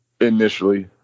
initially